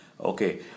Okay